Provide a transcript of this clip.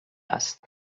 است